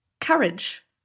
courage